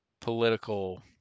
political